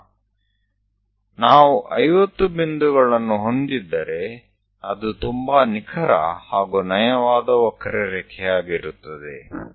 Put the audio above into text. જો આપણી પાસે 50 હશે તો ચોકસાઈ સારી રહેશે અને આપણી પાસે ખૂબ જ સરળ વક્ર હશે